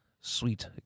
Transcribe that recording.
Sweet